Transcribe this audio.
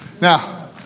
Now